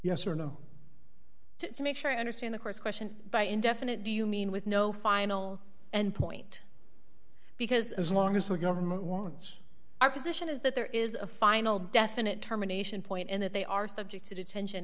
yes or no to make sure i understand the course question by indefinite do you mean with no final and point because as long as the government wants our position is that there is a final definite terminations point and that they are subject to detention